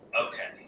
Okay